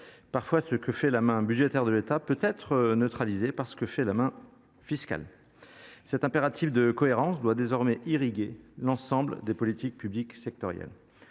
Parfois, ce que fait la main budgétaire de l’État peut être neutralisé par ce que fait sa main fiscale… Cet impératif de cohérence doit désormais irriguer l’ensemble des politiques publiques sectorielles.